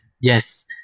yes